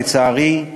לצערי,